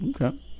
okay